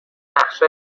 نقشه